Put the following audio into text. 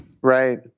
Right